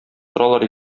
торалар